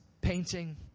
painting